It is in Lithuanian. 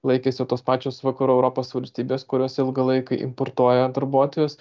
laikėsi tos pačios vakarų europos valstybės kurios ilgą laiką importuoja darbuotojus